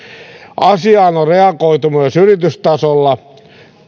asiaan on reagoitu myös yritystasolla google